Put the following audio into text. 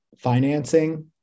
financing